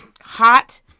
Hot